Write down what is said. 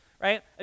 right